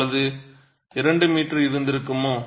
2 m இருந்திருக்குமா